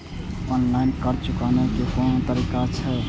Online कर्ज चुकाने के कोन तरीका छै?